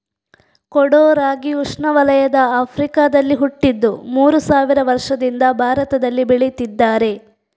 ಕೊಡೋ ರಾಗಿ ಉಷ್ಣವಲಯದ ಆಫ್ರಿಕಾದಲ್ಲಿ ಹುಟ್ಟಿದ್ದು ಮೂರು ಸಾವಿರ ವರ್ಷದಿಂದ ಭಾರತದಲ್ಲಿ ಬೆಳೀತಿದ್ದಾರೆ